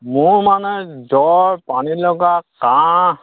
মোৰ মানে জ্বৰ পানীলগা কাহ